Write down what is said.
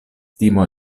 timo